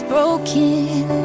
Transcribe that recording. Broken